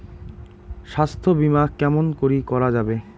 স্বাস্থ্য বিমা কেমন করি করা যাবে?